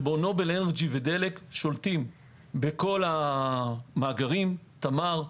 כשנובל אנרג'י ודלק שולטים בכל המאגרים תמר,